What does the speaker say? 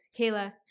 Kayla